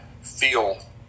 feel